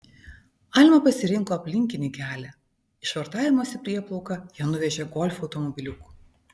alma pasirinko aplinkinį kelią į švartavimosi prieplauką ją nuvežė golfo automobiliuku